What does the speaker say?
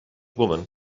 woman